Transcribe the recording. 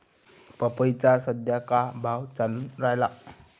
पपईचा सद्या का भाव चालून रायला?